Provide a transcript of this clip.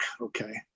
okay